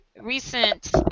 recent